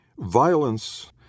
Violence